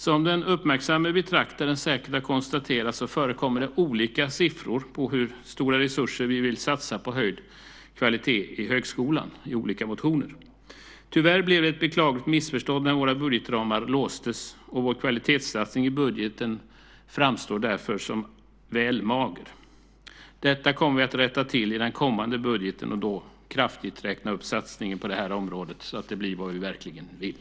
Som den uppmärksamma betraktaren säkert har konstaterat förekommer det olika siffror på hur stora resurser vi vill satsa på höjd kvalitet i högskolan i olika motioner. Tyvärr blev det ett beklagligt missförstånd när våra budgetramar låstes, och vår kvalitetssatsning i budgeten framstår därför som väl mager. Detta kommer vi att rätta till i den kommande budgeten och då kraftigt räkna upp satsningen på det här området så att det blir vad vi verkligen vill.